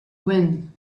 win